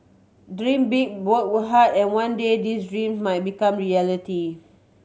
dream big work hard and one day these dream might become a reality